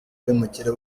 abimukira